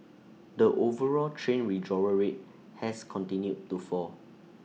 the overall train withdrawal rate has continued to fall